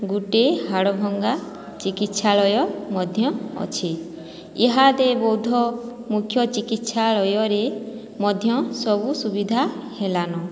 ଗୁଟେ ହାଡ଼ ଭଙ୍ଗା ଚିକିତ୍ସାଳୟ ମଧ୍ୟ ଅଛି ଇହାଦେ ବୌଦ୍ଧ ମୁଖ୍ୟ ଚିକିତ୍ସାଳୟରେ ମଧ୍ୟ ସବୁ ସୁବିଧା ହେଲା ନ